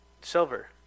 silver